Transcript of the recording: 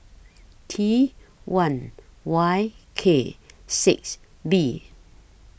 T one Y K six B